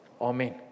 Amen